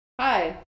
hi